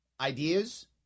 ideas